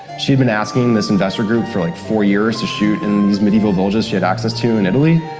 she'd been asking this investor group for, like, four years to shoot in these medieval villages she had access to in italy,